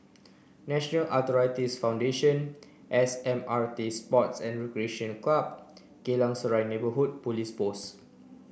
National Arthritis Foundation S M R T Sports and Recreation Club Geylang Serai Neighbourhood Police Post